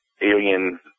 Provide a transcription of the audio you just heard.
alien